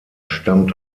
stammt